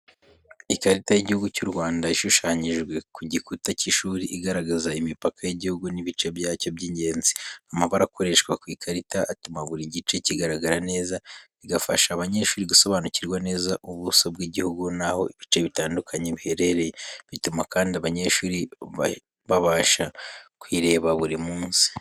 Ikarita y'igihugu cy'u Rwanda ishushanyijwe ku gikuta cy'ishuri igaragaza imipaka y'igihugu n'ibice byacyo by'ingenzi. Amabara akoreshwa ku ikarita atuma buri gice kigaragara neza, bigafasha abanyeshuri gusobanukirwa neza ubuso bw'igihugu n'aho ibice bitandukanye biherereye. Bituma kandi abanyeshuri babasha kuyireba buri munsi.